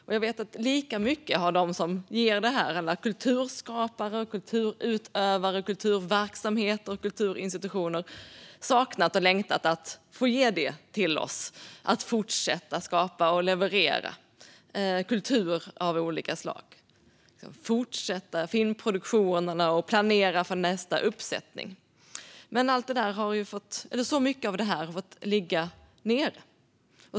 Jag vet också att lika mycket har de som ger oss detta - alla kulturskapare, kulturutövare, kulturverksamheter och kulturinstitutioner - saknat och längtat efter att få ge det till oss och fortsätta skapa och leverera kultur av olika slag. De vill fortsätta med filmproduktionerna och planera för nästa uppsättning. Men så mycket av det här har fått ligga nere.